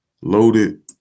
loaded